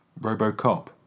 RoboCop